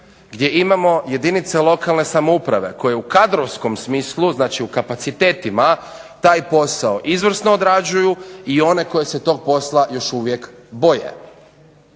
gdje imamo jedinice lokalne samouprave koje u kadrovskom smislu, znači u kapacitetima, taj posao izvrsno odrađuju i one koje se tog posla još uvijek boje.